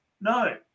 No